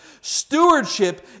Stewardship